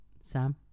Sam